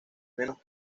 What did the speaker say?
menos